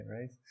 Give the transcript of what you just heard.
right